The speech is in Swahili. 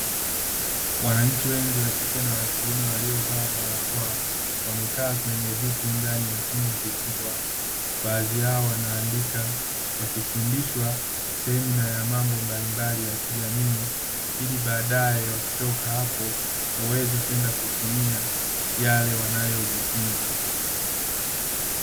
Wananchi wengi wa kike na wakiume waliovaa barakoa, wamekaa kwenye viti ndani ya chumba kikubwa. Baadhi yao wanaandika wakifundishwa sehemu ya mambo mbalimbali ya kijamii, ili baadae wakitoka hapo waweze kwenda kutumia yale wanayojifunza.